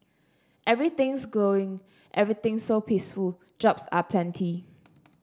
everything's glowing everything's so peaceful jobs are plenty